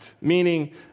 meaning